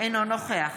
אינו נוכח